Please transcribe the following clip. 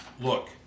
look